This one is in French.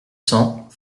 cents